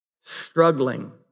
struggling